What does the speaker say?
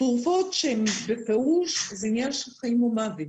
תרופות שהן בפירוש עניין של חיים ומוות.